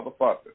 motherfucker